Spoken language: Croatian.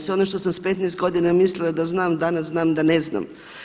Sve ono što sam sa 15 godina mislila da znam, danas znam da ne znam.